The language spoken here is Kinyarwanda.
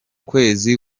kwezi